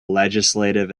legislative